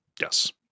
Yes